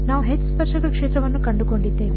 ನಾವು H ಸ್ಪರ್ಶಕ ಕ್ಷೇತ್ರವನ್ನು ಕಂಡುಕೊಂಡಿದ್ದೇವೆ